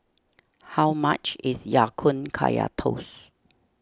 how much is Ya Kun Kaya Toast